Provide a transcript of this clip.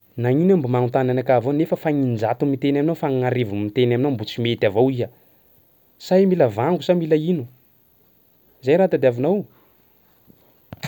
Nagnino iha mbo magnontany anakah avao nefa fa gn'injato miteny anao fa gn'arivo miteny anao mbo tsy mety avao iha? Sa iha mila vango sa mila ino? Zay raha tadiavinao?